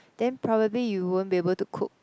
then probably you won't be able to cook